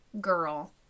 girl